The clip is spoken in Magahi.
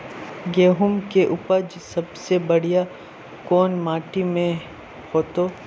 गेहूम के उपज सबसे बढ़िया कौन माटी में होते?